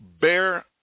bear